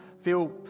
feel